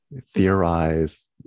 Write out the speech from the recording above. theorize